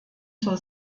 zur